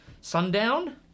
Sundown